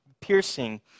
piercing